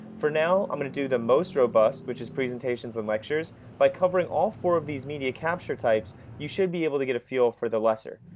for now i'm going to do the most robust, which is presentations and lectures by covering all four of these media capture types, you should be able to get a feel for the lesser,